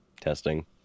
testing